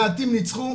מעטים נצחו,